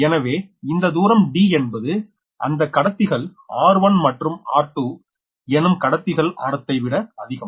எனவே இந்த தூரம் D என்பது இந்த கடத்திகள் r1 மற்றும் r2 எனும் கடத்திகள் ஆரத்தை விட அதிகம்